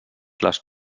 les